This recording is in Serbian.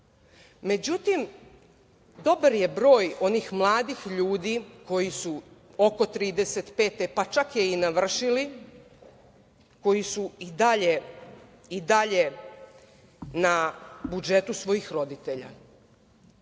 posao.Međutim, dobar je broj onih mladih ljudi koji su oko 35 godina, pa čak je i navršili, koji su i dalje na budžetu svojih roditelja